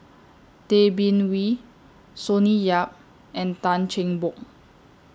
Tay Bin Wee Sonny Yap and Tan Cheng Bock